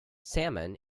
salmon